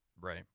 Right